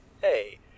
Hey